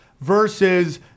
versus